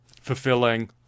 fulfilling